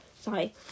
Sorry